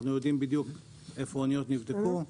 אנחנו יודעים בדיוק איפה האניות נבדקו.